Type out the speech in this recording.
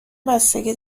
بستگی